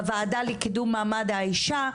בוועדה לקידום מעמד האישה.